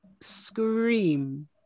scream